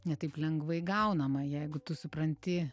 ne taip lengvai gaunama jeigu tu supranti